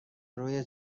روی